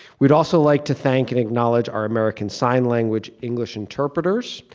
we'd also like to thank and acknowledge our american sign language english interpreters.